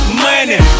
money